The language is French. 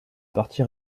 parti